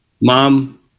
Mom